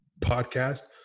Podcast